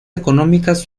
económicas